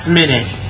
minute